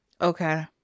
Okay